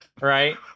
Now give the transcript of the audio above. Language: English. right